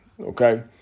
okay